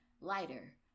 lighter